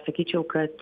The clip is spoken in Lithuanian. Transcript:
sakyčiau kad